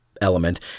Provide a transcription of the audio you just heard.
element